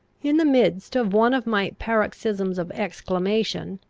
in the midst of one of my paroxysms of exclamation,